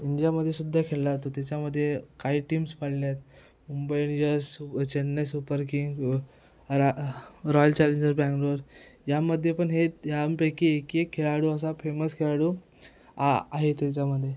इंडियामध्येसुद्धा खेळला तो त्याच्यामध्ये काही टीम्स पाडल्या आहेत मुंबई इंडियर्स सु चेन्नई सुपर किंग रा रॉयल चॅलेंजर बँगलोर यामध्ये पण हे यापैकी एकी खेळाडू असा फेमस खेळाडू आ आहे त्याच्यामध्ये